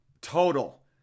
total